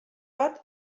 bat